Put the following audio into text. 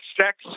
sex